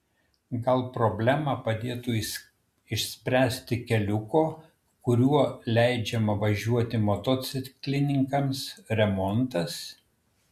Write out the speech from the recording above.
gal problemą padėtų išspręsti keliuko kuriuo leidžiama važiuoti motociklininkams remontas